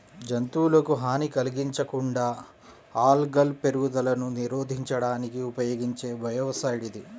జంతువులకు హాని కలిగించకుండా ఆల్గల్ పెరుగుదలను నిరోధించడానికి ఉపయోగించే బయోసైడ్ ఇది